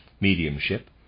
Mediumship